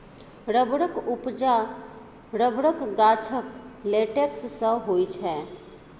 रबरक उपजा रबरक गाछक लेटेक्स सँ होइ छै